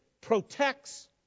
protects